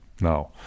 Now